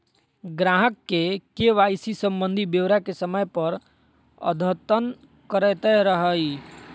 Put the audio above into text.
ग्राहक के के.वाई.सी संबंधी ब्योरा के समय समय पर अद्यतन करैयत रहइ